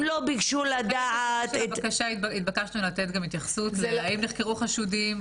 הם לא ביקשו לדעת --- התבקשנו לתת גם התייחסות להאם נחקרו חשודים.